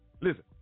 Listen